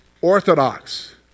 orthodox